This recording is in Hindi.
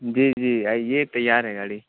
जी जी आइए तैयार है गाड़ी